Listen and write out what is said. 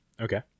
okay